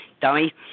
dummy